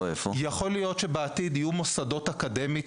יכול להיות שבעתיד יהיו מוסדות אקדמיים